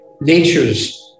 nature's